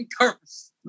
curse